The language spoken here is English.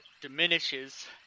diminishes